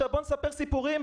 בואו נספר סיפורים,